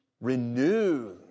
renew